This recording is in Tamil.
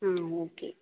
ஆ ஓகே